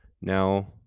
now